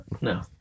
No